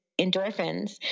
endorphins